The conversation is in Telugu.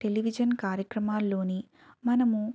టెలివిజన్ కార్యక్రమాలలోని మనము